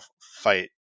fight